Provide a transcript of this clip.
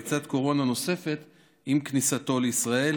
בדיקת קורונה נוספת עם כניסתו לישראל.